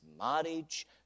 marriage